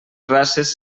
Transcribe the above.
races